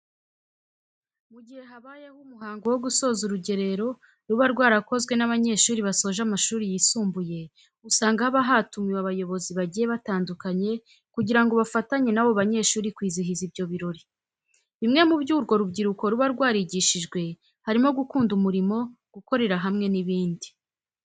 Mu gihe habayeho umuhango wo gusoza urugerero ruba rwarakozwe n'abanyeshuri basoje amashuri yisumbuye, usanga haba hatumiwe abayobozi bagiye batandukanye kugira ngo bafatanye n'abo banyeshuri kwizihiza ibyo birori. Bimwe mu byo urwo rubyiruko ruba rwarigishijwe harimo gukunda umurimo, gukorera hamwe n'ibindi.